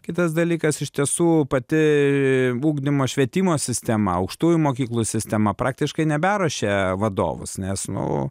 kitas dalykas iš tiesų pati ugdymo švietimo sistema aukštųjų mokyklų sistema praktiškai neberuošia vadovus nes nu